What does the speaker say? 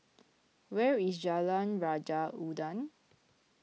where is Jalan Raja Udang